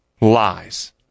lies